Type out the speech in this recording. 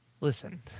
Listen